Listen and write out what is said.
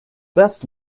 best